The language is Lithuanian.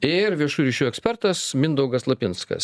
ir viešų ryšių ekspertas mindaugas lapinskas